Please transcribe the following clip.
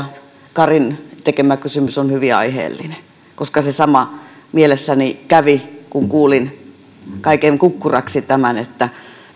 karin tekemä kysymys on hyvin aiheellinen koska se sama mielessäni kävi kun kuulin kaiken kukkuraksi tämän että